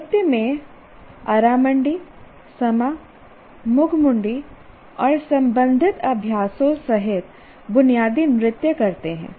नृत्य में अरामंडी समा मुघमुंडी और संबंधित अभ्यासों सहित बुनियादी नृत्य करते हैं